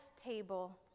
table